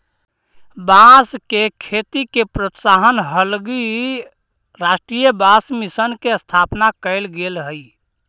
बाँस के खेती के प्रोत्साहन हलगी राष्ट्रीय बाँस मिशन के स्थापना कैल गेल हइ